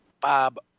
Bob